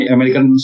American